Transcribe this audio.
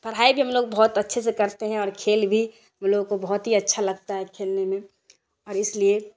پڑھائی بھی ہم لوگ بہت اچھے سے کرتے ہیں اور کھیل بھی ہم لوگوں کو بہت ہی اچھا لگتا ہے کھیلنے میں اور اس لیے